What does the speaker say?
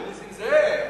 של נסים זאב.